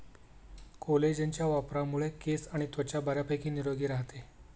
कोलेजनच्या वापरामुळे केस आणि त्वचा बऱ्यापैकी निरोगी राहते